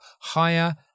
higher